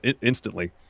instantly